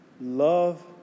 Love